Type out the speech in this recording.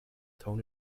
tone